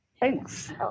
Thanks